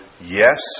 Yes